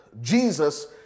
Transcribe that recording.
Jesus